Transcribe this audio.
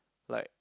like